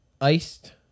iced